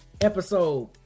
episode